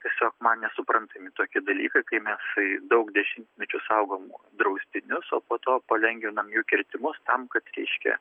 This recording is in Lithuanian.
tiesiog man nesuprantami tokie dalykai kai mes daug dešimmečių saugom draustinius o po to palengvinam jų kirtimus tam kad reiškia